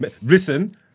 listen